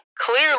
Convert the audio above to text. clearly